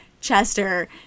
Chester